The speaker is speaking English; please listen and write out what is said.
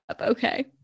Okay